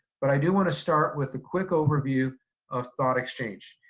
but i do wanna start with a quick overview of thought exchange.